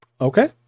Okay